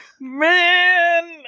Man